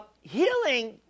healing